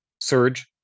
Surge